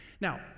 Now